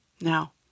now